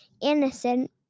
innocent